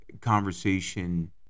conversation